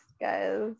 guys